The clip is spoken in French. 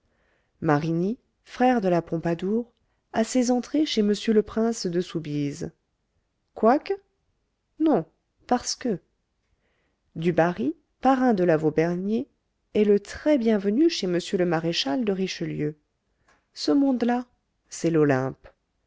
marigny frère de la pompadour a ses entrées chez m le prince de soubise quoique non parce que du barry parrain de la vaubernier est le très bien venu chez m le maréchal de richelieu ce monde-là c'est l'olympe